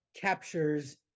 captures